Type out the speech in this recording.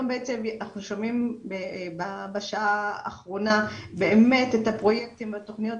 אנחנו שומעים בשעה האחרונה באמת על הפרויקטים והתוכניות